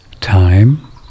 time